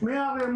האפשריות